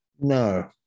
No